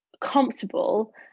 comfortable